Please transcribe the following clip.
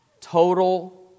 total